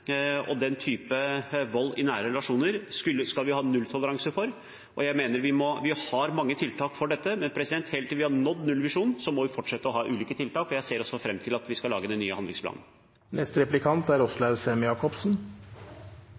og den typen vold i nære relasjoner skal vi ha nulltoleranse for. Jeg mener vi har mange tiltak for dette, men helt til vi har nådd nullvisjonen, må vi fortsette å ha ulike tiltak. Jeg ser også fram til at vi skal lage den nye handlingsplanen. Vi hører fra statsråden at Venstre er